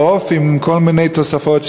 עוף עם כל מיני תוספות,